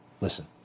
Listen